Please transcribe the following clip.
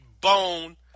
bone